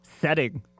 setting